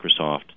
Microsoft